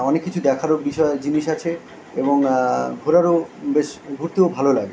অনেক কিছু দেখারও বিষয় জিনিস আছে এবং ঘোরারও বেশ ঘুরতেও ভালো লাগে